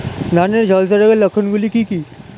ধানের ঝলসা রোগের লক্ষণগুলি কি কি?